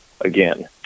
again